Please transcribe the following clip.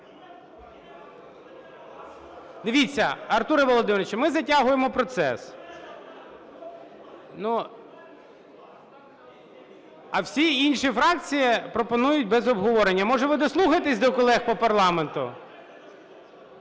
Дивіться, Артуре Володимировичу, ми затягуємо процес. (Шум у залі) А всі інші фракції пропонують без обговорення. Може, ви дослухаєтесь до колег по парламенту?